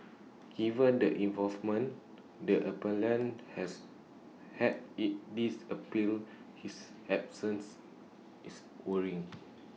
given the involvement the appellant has had IT this appeal his absence is worrying